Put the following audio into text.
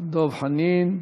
דב חנין,